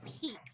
peak